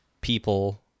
people